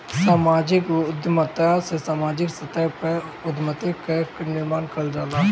समाजिक उद्यमिता में सामाजिक स्तर पअ उद्यमिता कअ निर्माण कईल जाला